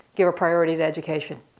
your priority is education.